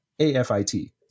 AFIT